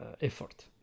effort